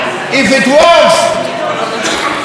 אין צורך לתקן,